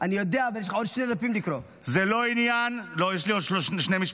אני יודע, אבל יש לך עוד שני דפים לקרוא.